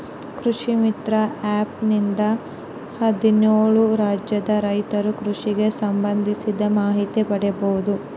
ಕೃಷಿ ಮಿತ್ರ ಆ್ಯಪ್ ನಿಂದ ಹದ್ನೇಳು ರಾಜ್ಯದ ರೈತರು ಕೃಷಿಗೆ ಸಂಭಂದಿಸಿದ ಮಾಹಿತಿ ಪಡೀಬೋದು